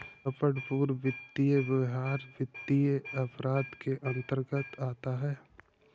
कपटपूर्ण वित्तीय व्यवहार वित्तीय अपराध के अंतर्गत आता है